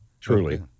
truly